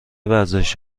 ورزش